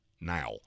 now